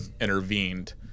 intervened